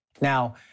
Now